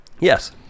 Yes